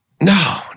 No